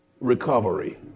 recovery